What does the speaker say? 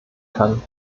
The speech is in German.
kann